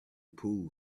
pool